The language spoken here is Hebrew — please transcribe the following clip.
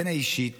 הן האישית